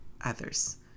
others